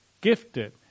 gifted